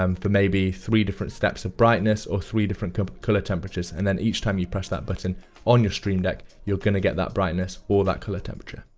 um for maybe three different steps of brightness, or three different color color temperatures, and then each time you press that button on your stream deck you're going to get that brightness or that color temperature.